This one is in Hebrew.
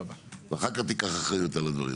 ואחר כך תיקח אחריות על הדברים.